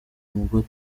umugore